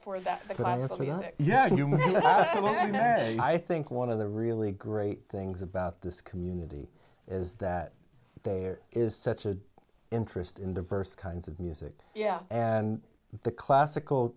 mean i think one of the really great things about this community is that there is such a interest in diverse kinds of music yeah and the classical